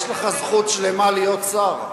יש לך זכות שלמה להיות שר,